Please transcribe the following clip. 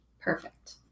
Perfect